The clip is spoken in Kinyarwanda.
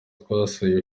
twasuye